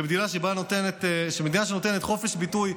מדינה שנותנת חופש ביטוי,